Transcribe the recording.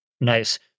Nice